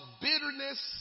bitterness